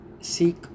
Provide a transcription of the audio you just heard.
seek